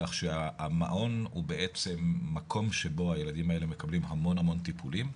כך שהמעון הוא בעצם מקום שבו הילדים האלה מקבלים המון המון טיפולים,